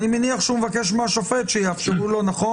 אני מניח שהוא מבקש מהשופט שיאפשרו לו לצאת לשירותים.